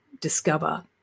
discover